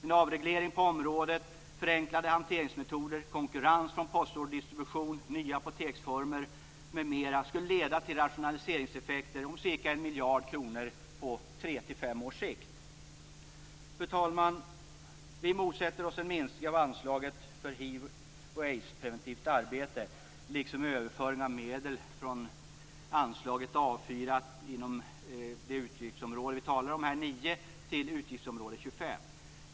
En avreglering på området, förenklade hanteringsmetoder, konkurrens från postorderdistribution, nya apoteksformer m.m. skulle leda till rationaliseringseffekter om ca 1 miljard kronor på tre till fem års sikt. Fru talman! Vi motsätter oss en minskning av anslaget för hiv och aidspreventivt arbete, liksom överföring av medel från anslaget A 4 inom det utgiftsområde vi talar om - 9 - till utgiftsområde 25.